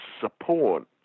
support